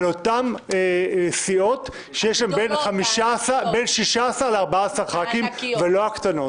אותן סיעות שיש להן בין 14 16 חברי כנסת ולא על הסיעות הקטנות.